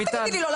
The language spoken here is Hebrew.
אל תגידי לי לא.